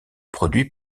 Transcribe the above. produit